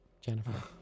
Jennifer